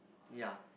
yeah